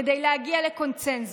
כדי להגיע לקונסנזוס,